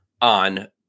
on